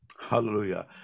Hallelujah